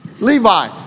Levi